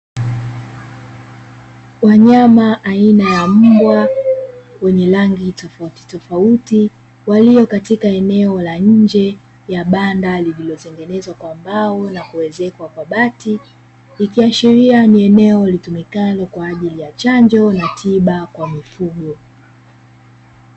Wanyama aina ya mbwa wenye rangi tofauti tofauti kwa hiyo katika eneo la nje ya banda, lililotengenezwa kwa mbao na kuezekwa kwa bahati ikiwa sheria yenye eneo litumikalo kwa ajili ya chanjo na tiba kwa mifugo.